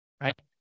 right